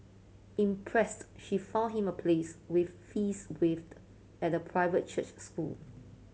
impressed she found him a place with fees waived at a private church school